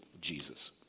Jesus